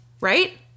Right